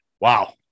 Wow